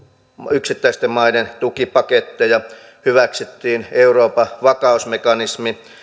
yksittäisten maiden tukipaketteja hyväksyttiin euroopan vakausmekanismi